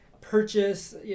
purchase